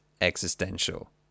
existential